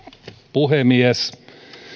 puhemies